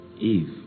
Eve